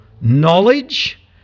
knowledge